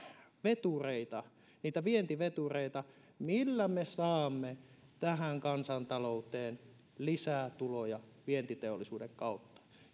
vientivetureita niitä vientivetureita millä me saamme tähän kansantalouteen lisää tuloja vientiteollisuuden kautta